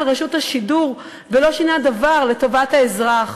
רשות השידור ולא שינה דבר לטובת האזרח,